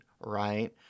right